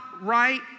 right